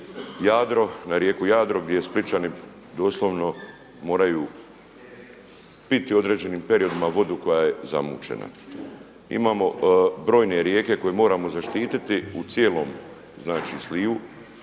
Jadro, na rijeku Jadro gdje Splićani doslovno moraju piti u određenim periodima vodu koja je zamućena. Imamo brojne rijeke koje moramo zaštititi u cijelom znači